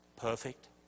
perfect